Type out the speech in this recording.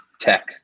tech